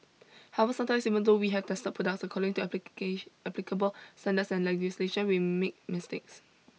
however sometimes even though we have tested products according to applicable standards and legislation we make mistakes